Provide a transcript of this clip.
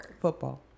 Football